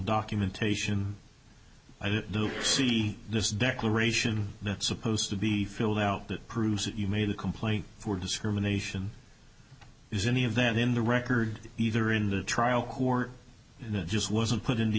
documentation i didn't see this declaration supposed to be filled out that proves that you made a complaint for discrimination is any of that in the record either in the trial court just wasn't put in the